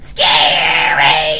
Scary